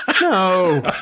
No